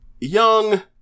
young